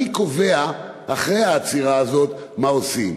מי קובע אחרי העצירה הזאת מה עושים?